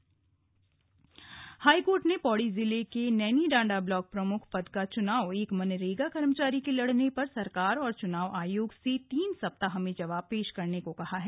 high court चुनाव high court ने पौड़ी जिले के नैनीडांडा ब्लॉक प्रमुख पद का चुनाव एक मनरेगा कर्मचारी के लड़ने पर सरकार और चुनाव आयोग से तीन सप्ताह में जवाब पेश करने को कहा है